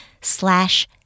slash